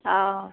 অ'